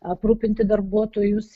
aprūpinti darbuotojus